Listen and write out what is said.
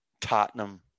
Tottenham